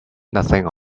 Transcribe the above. nothing